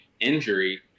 injury